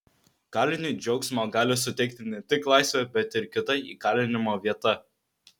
kaliniui džiaugsmo gali suteikti ne tik laisvė bet ir kita įkalinimo vieta